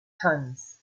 tons